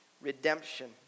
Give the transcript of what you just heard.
Redemption